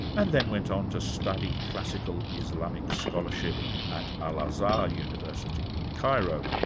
and then went on to study classic um islamic scholarship at al-azar university in cairo.